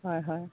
হয় হয়